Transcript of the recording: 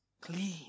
clean